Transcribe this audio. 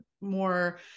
more